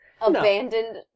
Abandoned